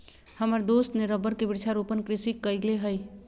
हमर दोस्त ने रबर के वृक्षारोपण कृषि कईले हई